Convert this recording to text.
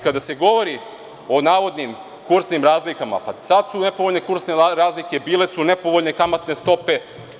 Kada se govori o navodnim kursnim razlikama, pa sada su nepovoljne kursne razlike, bile su nepovoljne kamatne stope.